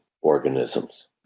organisms